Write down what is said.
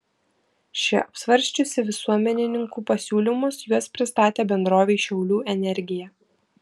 ši apsvarsčiusi visuomenininkų pasiūlymus juos pristatė bendrovei šiaulių energija